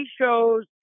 shows